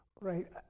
Right